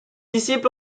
disciples